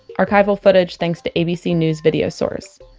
archival footage thanks to abc news videosource.